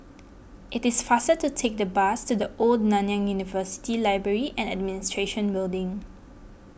it is faster to take the bus to the Old Nanyang University Library and Administration Building